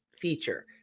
feature